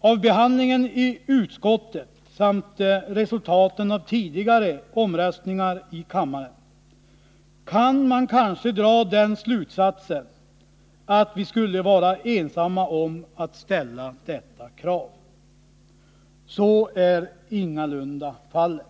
Av behandlingen i utskottet samt resultaten av tidigare omröstningar i kammaren kan man kanske dra den slutsatsen att vi skulle vara ensamma om att ställa detta krav. Så är ingalunda fallet.